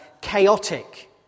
chaotic